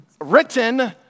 written